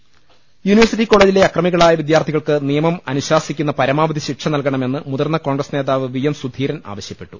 ലലലലല university കോളജിലെ അക്രമികളായ വിദ്യാർത്ഥികൾക്ക് നിയമം അനു ശാ സിക്കുന്ന പരമാവധി ശിക്ഷ നൽകണമെന്ന് മുതിർന്ന കോൺഗ്രസ് നേതാവ് വി എം സുധീരൻ ആവശ്യപ്പെ ട്ടു